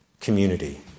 community